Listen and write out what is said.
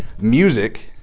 Music